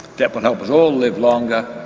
that will help us all live longer,